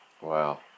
Wow